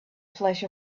flash